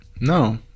No